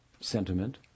sentiment